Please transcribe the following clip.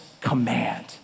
command